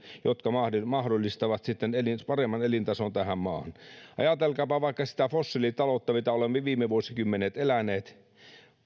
jotka mahdollistavat sitten paremman elintason tähän maahan ajatelkaapa vaikka sitä fossiilitaloutta mitä olemme viime vuosikymmenet eläneet